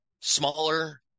smaller